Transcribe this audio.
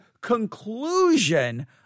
conclusion